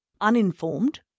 uninformed